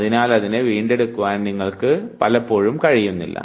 അതിനാൽ അതിനെ വീണ്ടെടുക്കുവാൻ നിങ്ങൾക്ക് കഴിയുന്നില്ല